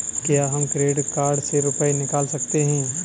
क्या हम credit card से रुपये निकाल सकते हैं?